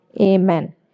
Amen